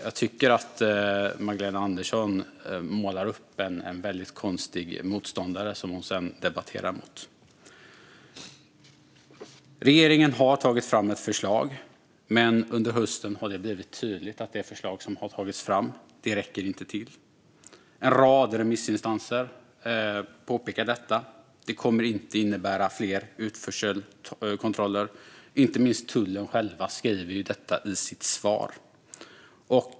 Jag tycker att Magdalena Andersson målar upp en väldigt konstig motståndare som hon sedan debatterar mot. Regeringen har tagit fram ett förslag, men under hösten har det blivit tydligt att detta inte räcker till. En rad remissinstanser påpekar detta. Det kommer inte att innebära fler utförselkontroller. Det skriver inte minst tullen själv i sitt svar.